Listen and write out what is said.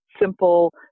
simple